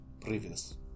previous